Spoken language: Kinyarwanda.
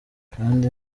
kandi